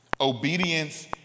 obedience